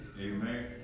Amen